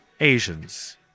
Asians